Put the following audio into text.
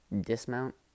dismount